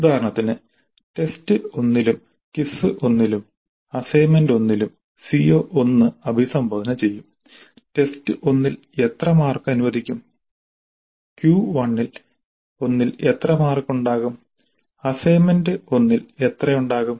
ഉദാഹരണത്തിന് ടെസ്റ്റ് 1 ലും ക്വിസ് 1 ലും അസൈൻമെന്റ് 1 ലും CO1 അഭിസംബോധന ചെയ്യും ടെസ്റ്റ് 1 ൽ എത്ര മാർക്ക് അനുവദിക്കും Q 1 ൽ എത്ര മാർക്ക് ഉണ്ടാകും അസൈൻമെന്റ് 1 ൽ എത്ര ഉണ്ടാകും